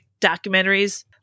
documentaries